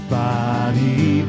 body